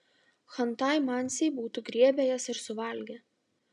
chantai mansiai būtų griebę jas ir suvalgę